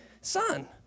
son